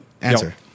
Answer